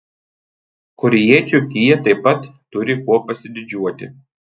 korėjiečių kia taip pat turi kuo pasididžiuoti